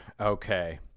Okay